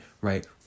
right